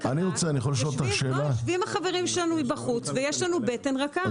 יושבים החברים שלנו בחוץ ויש לנו בטן רכה.